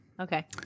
Okay